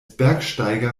bergsteiger